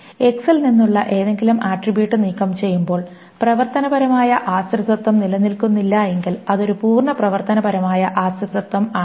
X ൽ നിന്നുള്ള ഏതെങ്കിലും ആട്രിബ്യൂട്ട് നീക്കം ചെയ്യുമ്പോൾ പ്രവർത്തനപരമായ ആശ്രിതത്വം നിലനിൽക്കുന്നില്ലെങ്കിൽ അതൊരു പൂർണ്ണ പ്രവർത്തനപരമായ ആശ്രിതത്വം ആണ്